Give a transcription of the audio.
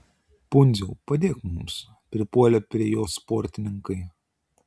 pundziau padėk mums pripuolė prie jo sportininkai